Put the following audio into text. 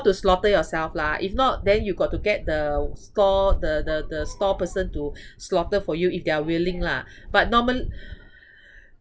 to slaughter yourself lah if not then you got to get the stall the the the stall person to slaughter for you if they're willing lah but normal~